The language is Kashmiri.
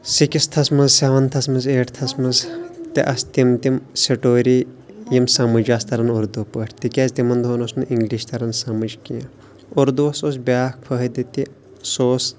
سِکِستھَس منٛز سٮ۪ونتھَس منٛز ایٹتھس منٛز تہِ آسہٕ تِم تِم سِٹوری یِم سمٕجھ آسہٕ تَران اُردو پٲٹھۍ تِکیٛازِ تِمن دۄہَن اوس نہٕ اِنٛگلِش تَران سمٕجھ کیٚنٛہہ اُردووَس اوس بیٛاکھ فٲیدٕ تہِ سُہ اوس